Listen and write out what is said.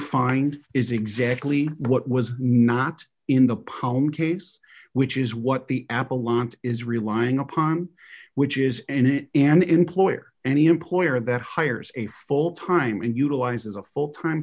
find is exactly what was not in the palm case which is what the apple lot is relying upon which is any and employer any employer that hires a full time and utilizes a full time